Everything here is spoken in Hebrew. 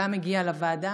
אשר גם הגיעה לוועדה,